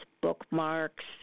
bookmarks